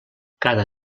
cada